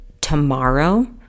tomorrow